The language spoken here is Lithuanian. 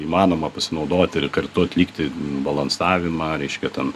įmanoma pasinaudot ir kartu atlikti balansavimą reiškia ten